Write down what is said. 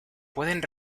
pueden